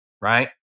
Right